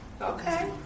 Okay